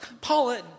Paula